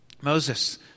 Moses